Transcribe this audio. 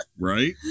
Right